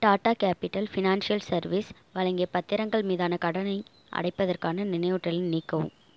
tata capital financial service வழங்கிய பத்திரங்கள் மீதான கடனை அடைப்பதற்கான நினைவூட்டலை நீக்கவும்